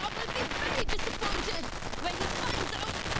um will be very disappointed when he finds out